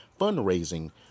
fundraising